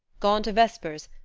gone to vespers,